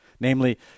Namely